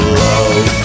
love